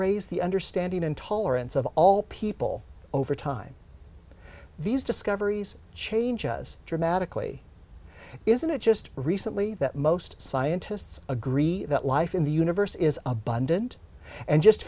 raise the understanding and tolerance of all people over time these discoveries changes dramatically is just recently that most scientists agree that life in the universe is abundant and just